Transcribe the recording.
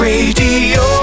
Radio